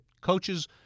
coaches